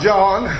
John